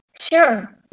Sure